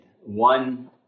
one